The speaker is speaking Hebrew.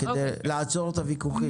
כדי לעצור את הוויכוחים.